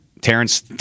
Terrence